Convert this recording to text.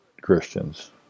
Christians